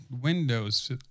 windows